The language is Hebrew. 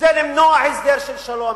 כדי למנוע הסדר של שלום,